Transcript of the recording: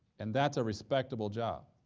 and that's a respectable job.